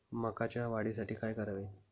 मकाच्या वाढीसाठी काय करावे?